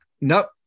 nope